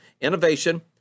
Innovation